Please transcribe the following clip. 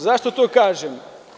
Zašto to kažem?